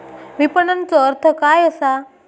विपणनचो अर्थ काय असा?